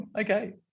Okay